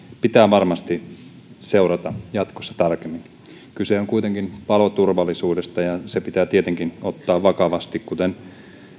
pitää varmasti seurata jatkossa tarkemmin kyse on kuitenkin paloturvallisuudesta ja se pitää tietenkin ottaa vakavasti kuten